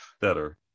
better